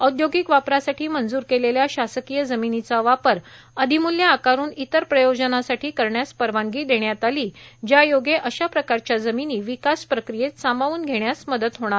औदयोगिक वापरासाठी मंजूर केलेल्या शासकीय जमिनीचा वापर अधिम्ल्य आकारून इतर प्रयोजनासाठी करण्यास परवानगी देण्यात आली ज्यायोगे अशा प्रकारच्या जमिनी विकास प्रक्रियेत सामावून घेण्यास मदत होणार